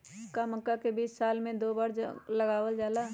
का मक्का के बीज साल में दो बार लगावल जला?